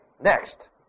next